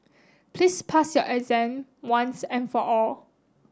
please pass your exam once and for all